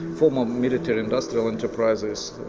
former military industrial enterprises,